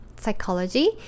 psychology